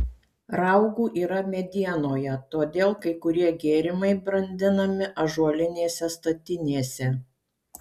raugų yra medienoje todėl kai kurie gėrimai brandinami ąžuolinėse statinėse